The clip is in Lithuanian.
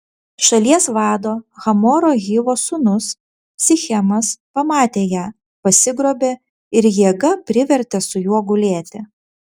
šalies vado hamoro hivo sūnus sichemas pamatė ją pasigrobė ir jėga privertė su juo gulėti